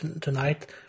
tonight